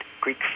Greek